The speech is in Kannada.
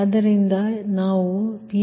ಆದ್ದರಿಂದ ನಾವು Pg1161